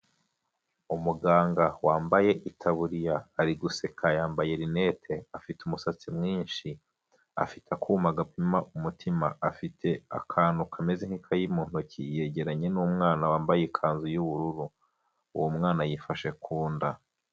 Umuganga wambaye itaburiya ari guseka yambaye rinete, afite umusatsi mwinshi, afite akuma gapima umutima, afite akantu kameze nk'ikayi mu ntoki yegeranye n'umwana wambaye ikanzu y'ubururu, uwo mwana yifashe ku nda.